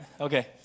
Okay